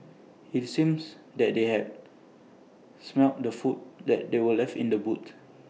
IT seems that they had smelt the food that they were left in the boot